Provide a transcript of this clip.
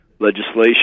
Legislation